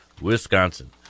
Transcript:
wisconsin